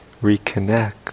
reconnect